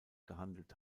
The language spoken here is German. gehandelt